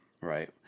right